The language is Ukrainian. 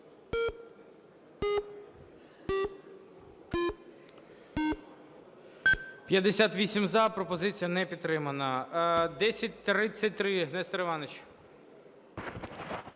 За-58 Пропозиція не підтримана. 1033, Нестор Іванович.